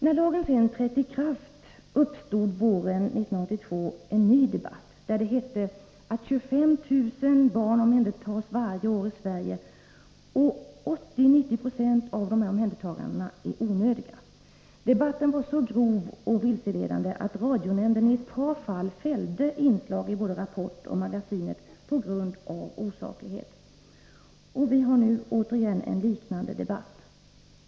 När lagen trätt i kraft uppstod våren 1982 en ny debatt, där det hette att 25 000 barn varje år omhändertas i Sverige och att 80-90 96 av dessa omhändertaganden är onödiga. Debatten var så grov och vilseledande att radionämnden i ett par fall fällde inslag i både Rapport och Magasinet på grund av osaklighet. Vi har nu återigen en liknande debatt.